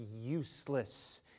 useless